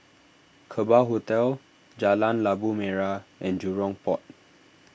Kerbau Hotel Jalan Labu Merah and Jurong Port